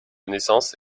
naissance